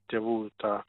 tėvų tą